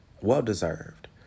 Well-deserved